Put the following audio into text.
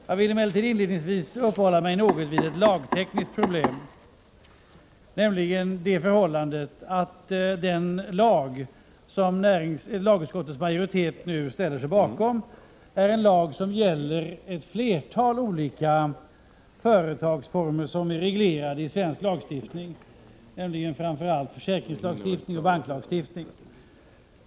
Jag vill inledningsvis upphålla mig något vid ett lagtekniskt problem, nämligen det förhållandet att den lag som lagutskottets majoritet nu ställer sig bakom gäller ett flertal olika företagsformer som är reglerade i svensk lagstiftning, framför allt försäkringslagstiftning och banklagstiftning.